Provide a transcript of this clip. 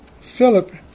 Philip